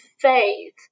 faith